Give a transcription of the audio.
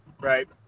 Right